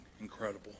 incredible